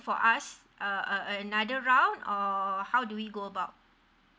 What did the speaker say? for us uh another round or how do we go about